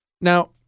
Now